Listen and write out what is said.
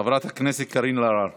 חברת הכנסת קארין אלהרר